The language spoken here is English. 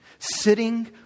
Sitting